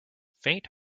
faint